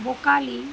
বোকালি